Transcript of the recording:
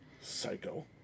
Psycho